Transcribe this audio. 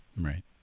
Right